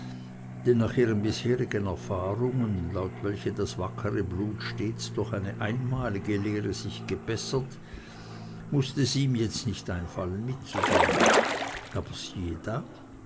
nach ihren bisherigen erfahrungen laut welchen das wackere blut stets durch eine einmalige lehre sich gebessert mußte es ihm jetzt nicht einfallen mitzugehen aber siehe da